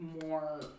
more